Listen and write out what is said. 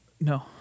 No